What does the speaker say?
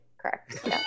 correct